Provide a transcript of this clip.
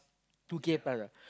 two K pus ah